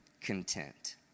content